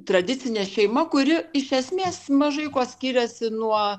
tradicinė šeima kuri iš esmės mažai kuo skiriasi nuo